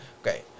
okay